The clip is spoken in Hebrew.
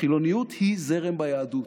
החילוניות היא זרם ביהדות,